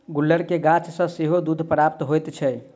गुलर के गाछ सॅ सेहो दूध प्राप्त होइत छै